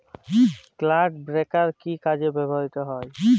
Clod breaker কি কাজে ব্যবহৃত হয়?